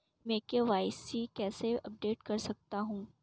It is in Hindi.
मैं के.वाई.सी कैसे अपडेट कर सकता हूं?